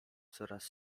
coraz